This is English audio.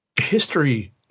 history